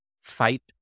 fight